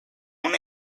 aún